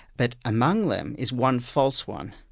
but among them is one false one.